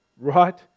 right